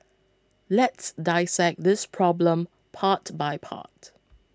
let's dissect this problem part by part